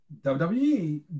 WWE